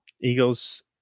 Eagles